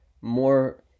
more